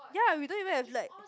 ya we don't even have like